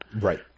Right